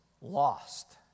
lost